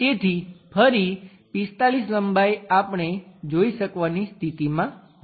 તેથી ફરી 45 લંબાઈ આપણે જોઈ શકવાની સ્થિતિમાં હોઈશું